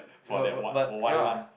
for that what for one month